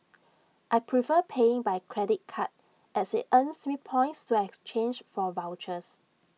I prefer paying by credit card as IT earns me points to exchange for vouchers